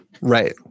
Right